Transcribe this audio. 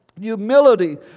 Humility